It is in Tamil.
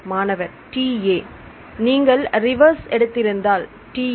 மாணவர்TA நீங்கள் ரிவர்ஸ் எடுத்து இருந்தால் TA